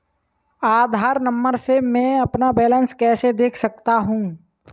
आधार number से मैं अपना बैलेंस कैसे देख सकता हूँ?